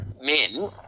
men